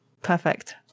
perfect